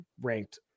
ranked